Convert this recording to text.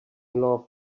love